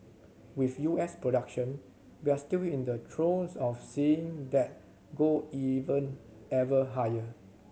with U S production we're still in the throes of seeing that go even ever higher